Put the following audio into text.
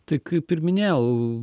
tai kaip ir minėjau